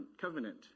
covenant